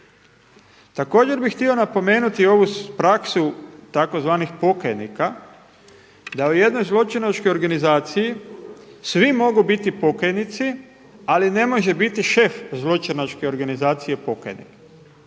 Također bih htio napomenuti ovu praksu tzv. pokajnika, da u jednoj zločinačkoj organizaciji svi mogu biti pokajnici, ali ne može biti šef zločinačke organizacije pokajnik.